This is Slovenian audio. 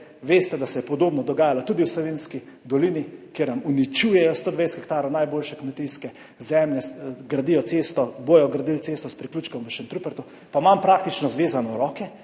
Veste, da se je podobno dogajalo tudi v Savinjski dolini, kjer nam uničujejo 120 hektarjev najboljše kmetijske zemlje, gradili bodo cesto s priključkom v Šentrupertu, pa imam praktično zvezane roke